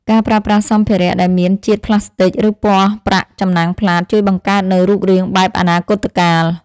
ការប្រើប្រាស់សម្ភារៈដែលមានជាតិផ្លាស្ទិក ឬពណ៌ប្រាក់ចំណាំងផ្លាតជួយបង្កើតនូវរូបរាងបែបអនាគតកាល។